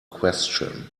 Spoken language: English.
question